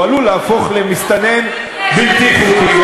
הוא עלול להפוך למסתנן בלתי חוקי,